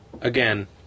Again